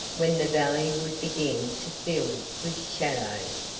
when the valley would begin to fill with shadows,